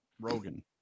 rogan